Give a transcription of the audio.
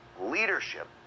leadership